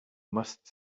must